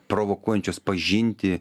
provokuojančios pažinti